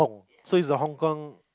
so it's a Hong Kong